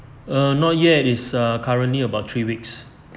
err not yet is ah currently about three weeks